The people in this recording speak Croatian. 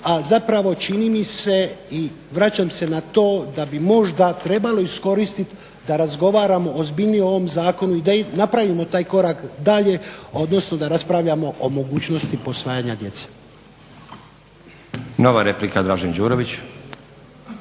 a čini mi se i vraćam se na to da bi možda trebalo iskoristiti da razgovaramo ozbiljnije o ovom Zakonu i da napravimo taj korak dalje, odnosno da raspravljamo o mogućnosti posvajanja djece. **Stazić, Nenad